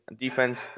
Defense